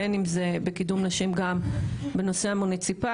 בין אם זה בקידום נשים גם בנושא המוניציפלי,